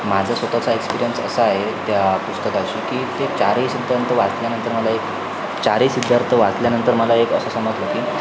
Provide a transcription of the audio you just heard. माझा स्वतःचा एक्सपिरियन्स असा आहे त्या पुस्तकाशी की ते चारही सिद्धांत वाचल्यानंतर मला एक चारही सिद्धान्त वाचल्यानंतर मला एक असं समजलं की